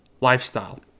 lifestyle